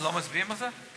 לא מצביעים על זה?